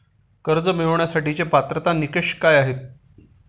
कर्ज मिळवण्यासाठीचे पात्रता निकष काय आहेत?